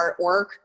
artwork